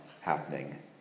happening